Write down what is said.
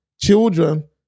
children